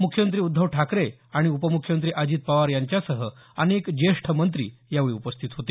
मुख्यमंत्री उद्धव ठाकरे आणि उपमुख्यमंत्री अजित पवार यांच्यासह अनेक ज्येष्ठ मंत्री यावेळी उपस्थित होते